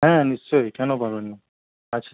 হ্যাঁ নিশ্চয়ই কেন পাবেন না আচ্ছা